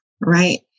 right